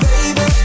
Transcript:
Baby